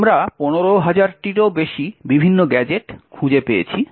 আমরা 15000 টিরও বেশি বিভিন্ন গ্যাজেট খুঁজে পেয়েছি